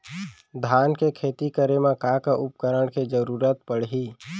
धान के खेती करे मा का का उपकरण के जरूरत पड़हि?